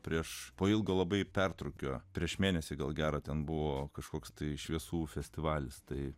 prieš po ilgo labai pertrūkio prieš mėnesį gal gera ten buvo kažkoks tai šviesų festivalis tai